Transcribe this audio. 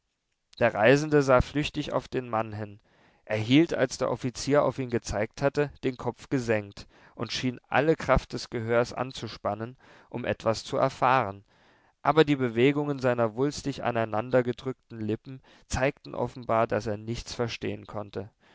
der reisende sah flüchtig auf den mann hin er hielt als der offizier auf ihn gezeigt hatte den kopf gesenkt und schien alle kraft des gehörs anzuspannen um etwas zu erfahren aber die bewegungen seiner wulstig aneinander gedrückten lippen zeigten offenbar daß er nichts verstehen konnte